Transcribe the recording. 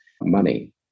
money